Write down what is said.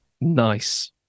Nice